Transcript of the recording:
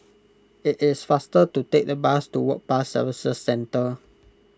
it is faster to take the bus to Work Pass Services Centre